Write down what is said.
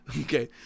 Okay